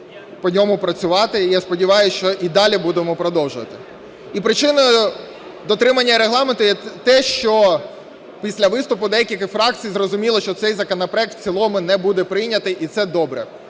по ньому працювати, і я сподіваюсь, що і далі будемо продовжувати. І причиною дотримання Регламенту є те, що після виступу декілька фракції зрозуміли, що цей законопроект в цілому не буде прийнятий, і це добре.